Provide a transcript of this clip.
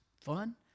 fun